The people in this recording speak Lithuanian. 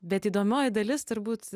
bet įdomioji dalis turbūt